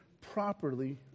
properly